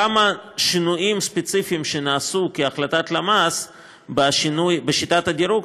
כמה שינויים ספציפיים שנעשו כהחלטת למ"ס בשיטת הדירוג,